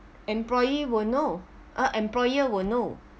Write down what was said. employee will know uh employer will know